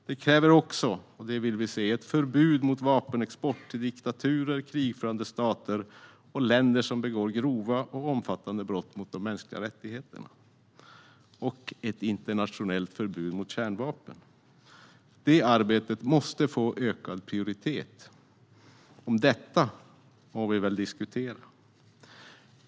Det kräver också - det vill vi se - ett förbud mot vapenexport till diktaturer, krigförande stater och länder som begår grova och omfattande brott mot de mänskliga rättigheterna, liksom ett internationellt förbud mot kärnvapen. Det arbetet måste få ökad prioritet. Om detta må vi väl diskutera.